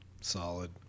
Solid